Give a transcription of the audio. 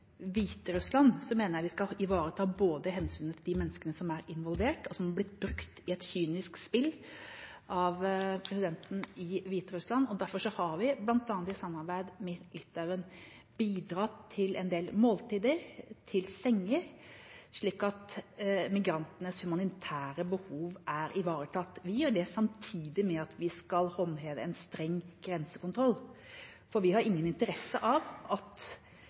mener jeg at vi skal ivareta hensynet til de menneskene som er involvert, og som er blitt brukt i et kynisk spill av presidenten i Hviterussland. Derfor har vi, bl.a. i samarbeid med Litauen, bidratt til en del måltider og til senger, slik at migrantenes humanitære behov er ivaretatt. Vi gjør det samtidig med at vi skal håndheve en streng grensekontroll, for vi har ingen interesse av at